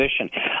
position